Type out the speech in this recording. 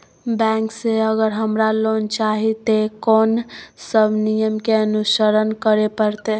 Bank से अगर हमरा लोन चाही ते कोन सब नियम के अनुसरण करे परतै?